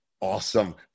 awesome